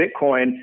Bitcoin